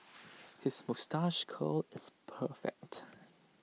his moustache curl is perfect